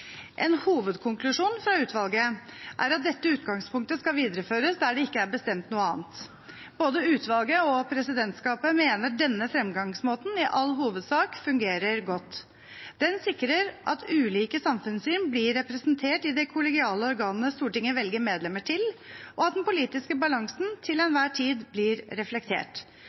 En hovedkonklusjon fra utvalget er at dette utgangspunktet skal videreføres der det ikke er bestemt noe annet. Både utvalget og presidentskapet mener denne fremgangsmåten i all hovedsak fungerer godt. Den sikrer at ulike samfunnssyn blir representert i de kollegiale organene Stortinget velger medlemmer til, og at den politiske balansen til enhver tid blir reflektert.